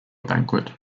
banquet